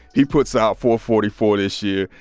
he puts out four forty four this year,